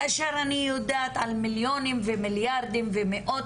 כאשר אני יודעת על מיליונים ומיליארדים ומאות